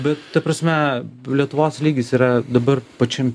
bet ta prasme lietuvos lygis yra dabar pačiam